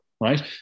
right